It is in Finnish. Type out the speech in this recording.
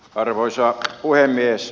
arvoisa puhemies